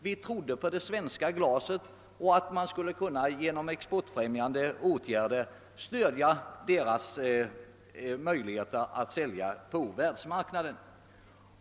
Vi trodde på det svenska glaset och på att man genom exportfrämjande åtgärder skulle kunna stödja brukens möjligheter att sälja på världsmarknaden.